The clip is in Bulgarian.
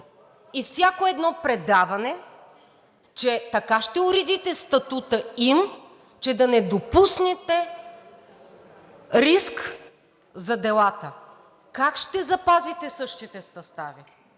и всяко едно предаване, че така ще уредите статута им, че да не допуснете риск за делата. Как ще запазите същите състави?